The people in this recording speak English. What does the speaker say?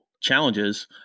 challenges